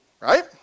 Right